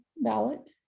ballot